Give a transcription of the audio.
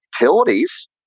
utilities